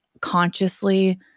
consciously